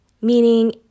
meaning